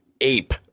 ape